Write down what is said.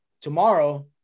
Tomorrow